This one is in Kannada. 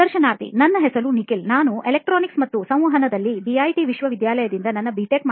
ಸಂದರ್ಶನಾರ್ಥಿ ನನ್ನ ಹೆಸರು ನಿಖಿಲ್ ನಾನು Electronics ಮತ್ತು ಸಂವಹನದಲ್ಲಿ BITವಿಶ್ವವಿದ್ಯಾಲಯದಿಂದ ನನ್ನ B